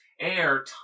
air